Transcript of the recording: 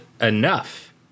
enough